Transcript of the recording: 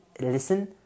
listen